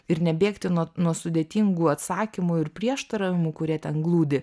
ir nebėgti nuo nuo sudėtingų atsakymų ir prieštaravimų kurie ten glūdi